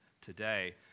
today